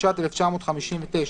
התשי"ט 1959,